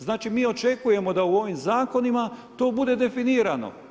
Znači mi očekujemo da u ovim zakonima to bude definirano.